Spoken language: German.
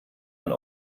man